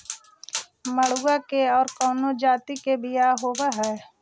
मडूया के और कौनो जाति के बियाह होव हैं?